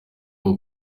bwo